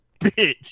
bitch